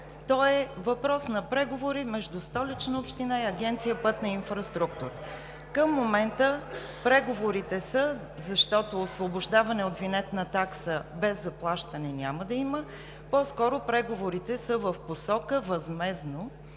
той е въпрос на преговори между Столична община и Агенция „Пътна инфраструктура“. Към момента преговорите, защото освобождаване от винетна такса без заплащане няма да има, са по-скоро в посока възмездно